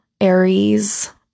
Aries